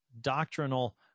doctrinal